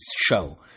show